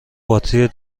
باتری